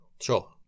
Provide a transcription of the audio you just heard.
Sure